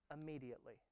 immediately